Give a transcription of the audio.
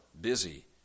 busy